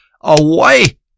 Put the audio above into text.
away